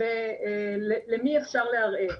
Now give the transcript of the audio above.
ולמי אפשר לערער.